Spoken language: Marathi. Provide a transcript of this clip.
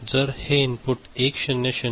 जर हे इनपुट 1 0 0